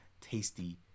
tasty